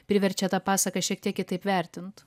priverčia tą pasaką šiek tiek kitaip vertinti